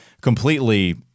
completely